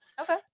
okay